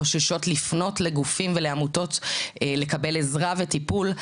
חוששות לפנות לגופים ולעמותות לקבל עזרה וטיפול.